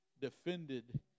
defended